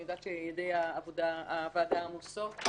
אני יודעת שידי הוועדה עמוסות.